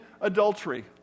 adultery